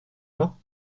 pas